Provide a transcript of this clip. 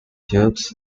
tubes